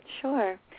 Sure